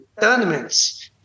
tournaments